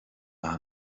maith